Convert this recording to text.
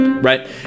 Right